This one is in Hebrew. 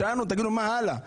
שאלנו תגידו מה הלאה?